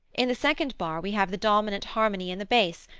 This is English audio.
in the second bar we have the dominant harmony in the bass,